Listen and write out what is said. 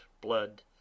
blood